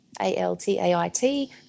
A-L-T-A-I-T